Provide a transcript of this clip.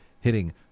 hitting